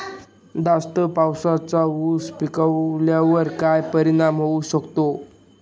जास्त पावसाचा ऊस पिकावर काय परिणाम होऊ शकतो?